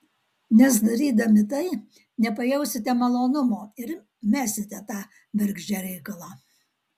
nes darydami tai nepajausite malonumo ir mesite tą bergždžią reikalą